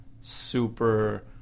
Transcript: super